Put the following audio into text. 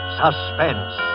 suspense